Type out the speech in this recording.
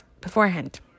beforehand